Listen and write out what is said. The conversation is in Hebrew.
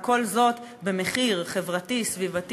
וכל זאת במחיר סביבתי,